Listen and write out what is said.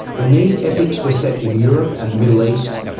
when these epics were set in europe and the middle east,